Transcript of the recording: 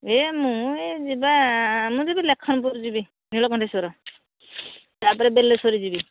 ଏ ମୁଁ ଏ ଯିବା ମୁଁ ଯିବି ଲଖନପୁରୁ ଯିବି ନିଳକଣ୍ଠେଶ୍ଵର ତାପରେ ବେଲେଶ୍ଵର ଯିବି